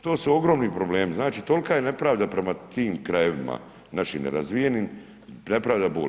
To su ogromni problemi, znači tolika je nepravda prema tim krajevima našim nerazvijenim, nepravda boli.